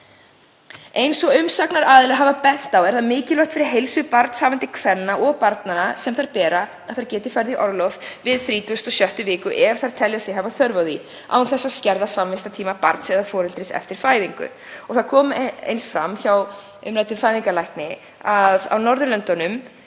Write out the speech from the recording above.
Eins og umsagnaraðilar hafa bent á er það mikilvægt fyrir heilsu barnshafandi kvenna og barnanna sem þær bera að þær geti farið í orlof við 36 vikur ef þær telja sig hafa þörf á því án þess að skerða samvistartíma barns og foreldris eftir fæðingu. Það kom eins fram hjá umræddum fæðingarlækni að á Norðurlöndunum